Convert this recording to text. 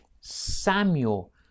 Samuel